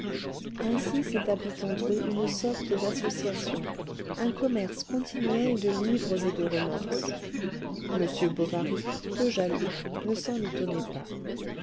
ainsi s'établit entre eux une sorte d'association un commerce continuel de livres et de romances m bovary peu jaloux ne s'en étonnait pas